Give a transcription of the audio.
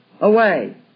away